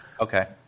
Okay